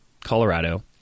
Colorado